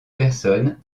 personne